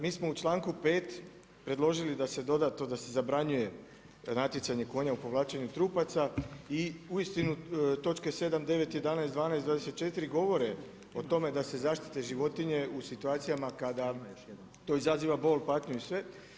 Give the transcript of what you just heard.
Mi smo u članku 5. predložili da se doda to da se zabranjuje da natjecanje konja u povlačenju trupaca i uistinu točke 7., 9., 11., 12., 24. govore o tome da se zaštite životinje u situacijama kada to izaziva bol, patnju i sve.